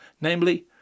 Namely